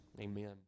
Amen